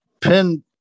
pin